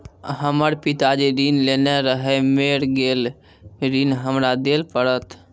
हमर पिताजी ऋण लेने रहे मेर गेल ऋण हमरा देल पड़त?